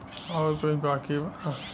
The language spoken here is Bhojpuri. और कुछ बाकी बा?